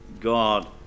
God